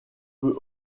peut